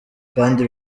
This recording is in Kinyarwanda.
kandi